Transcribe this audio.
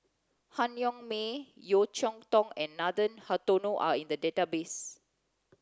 Han Yong May Yeo Cheow Tong and Nathan Hartono are in the database